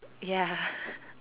ya